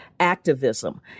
Activism